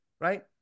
right